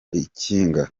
ikinga